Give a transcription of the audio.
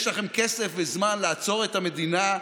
יש לכם כסף וזמן לעצור את המדינה,